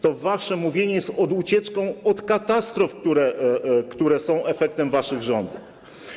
To wasze mówienie jest ucieczką od katastrof, które są efektem waszych rządów.